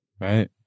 right